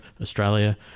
Australia